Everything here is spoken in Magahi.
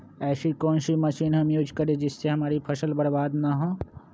ऐसी कौन सी मशीन हम यूज करें जिससे हमारी फसल बर्बाद ना हो?